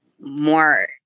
more